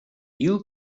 you